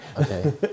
Okay